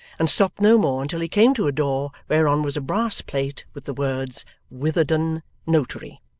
and stopped no more until he came to a door whereon was a brass plate with the words witherden notary